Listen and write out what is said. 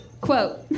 quote